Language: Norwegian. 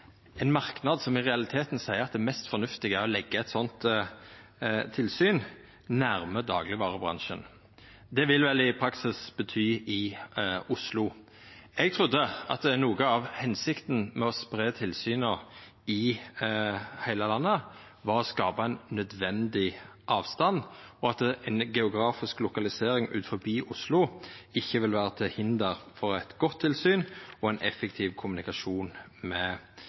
ein merknad som i realiteten seier at det mest fornuftige er å leggja eit slikt tilsyn nær daglegvarebransjen. Det vil vel i praksis bety i Oslo. Eg trudde at noko av hensikta med å spreia tilsyna i heile landet, var å skapa ein nødvendig avstand, og at ei geografisk lokalisering utanfor Oslo ikkje vil vera til hinder for eit godt tilsyn og ein effektiv kommunikasjon med